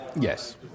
Yes